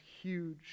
huge